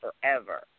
forever